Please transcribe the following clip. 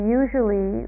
usually